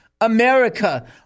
America